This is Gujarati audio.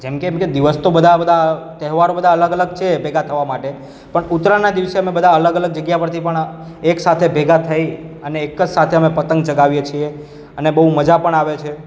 જેમ કે એમ કે દિવસ તો બધા બધા તહેવારો બધા અલગ અલગ છે ભેગા થવા માટે પણ ઉત્તરાયણના દિવસે અમે બધા અલગ અલગ જગ્યા પરથી પણ એક સાથે ભેગા થઈને એક જ સાથે અમે પતંગ ચગાવીએ છીએ અને બઉ મજા પણ આવે છે